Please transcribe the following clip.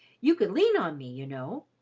you could lean on me, you know.